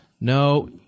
No